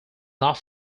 not